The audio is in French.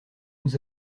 nous